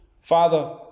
Father